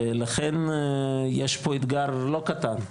ולכן יש פה אתגר לא קטן.